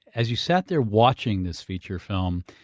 as you sat there watching this feature film,